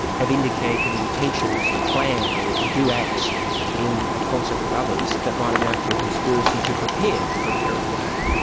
have indicated intentions to plan or to do acts in concert with others, that might amount to a conspiracy to prepare for a terrorist attack.